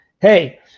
hey